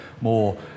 more